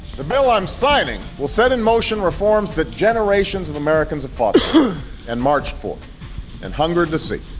the bill i'm signing will set in motion reforms that generations of americans have fought for and marched for and hungered to see.